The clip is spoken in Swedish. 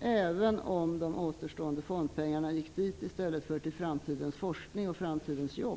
även om de återstående fondpengarna gick dit i stället för till framtidens forskning och framtidens jobb.